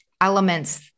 elements